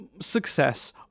success